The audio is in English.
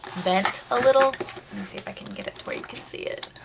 bent a little. let me see if i can get it to where you can see it.